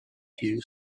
few